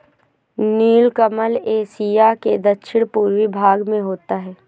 नीलकमल Asia के दक्षिण पूर्वी भाग में होता है